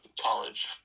college